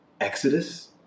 Exodus